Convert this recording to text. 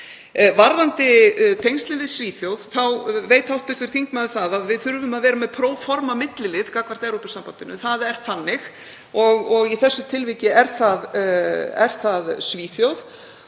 Varðandi tengslin við Svíþjóð þá veit hv. þingmaður að við þurfum að vera með pro forma millilið gagnvart Evrópusambandinu. Það er þannig. Í þessu tilviki er það Svíþjóð.